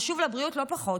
חשוב לבריאות לא פחות,